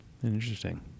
Interesting